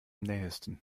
nähesten